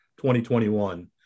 2021